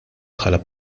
bħala